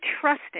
trusting